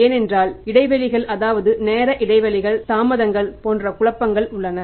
ஏனென்றால் இடைவெளிகள் அதாவது நேர இடைவெளிகள் தாமதங்கள் போன்ற குழப்பங்கள் உள்ளன